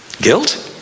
Guilt